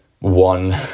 one